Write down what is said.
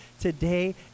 today